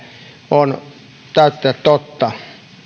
on täyttä totta